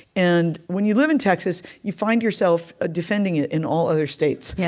and when you live in texas, you find yourself defending it in all other states, yeah